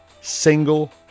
single